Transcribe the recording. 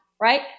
right